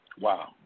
Wow